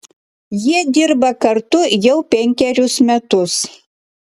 jie dirba kartu jau penkerius metus